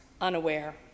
unaware